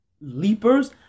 leapers